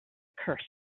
curse